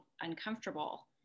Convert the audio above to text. uncomfortable